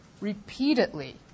repeatedly